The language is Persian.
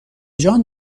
جان